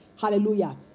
Hallelujah